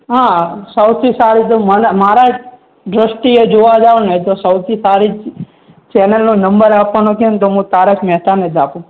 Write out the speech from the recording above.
હા સૌથી સારી તો મને મારા જ દૃષ્ટિએ જોવા જાઓ ને તો સૌથી સારી ચેનલનો નંબર આપવાનો કહે ને તો હું તારક મહેતાને જ આપું